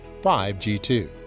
5G2